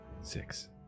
Six